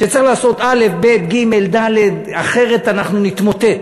שצריך לעשות א', ב', ג', ד', אחרת אנחנו נתמוטט.